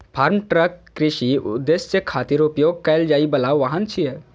farm truck कृषि उद्देश्य खातिर उपयोग कैल जाइ बला वाहन छियै